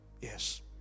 Yes